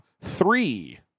three